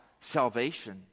salvation